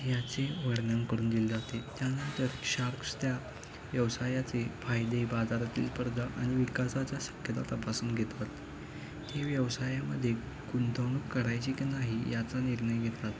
ह्याचे वर्णन करून दिले जाते त्यानंतर शार्क्स त्या व्यवसायाचे फायदे बाजारातील स्पर्धा आणि विकासाच्या शक्यता तपासून घेतात ते व्यवसायामध्ये गुंंतवणूक करायची की नाही याचा निर्णय घेतात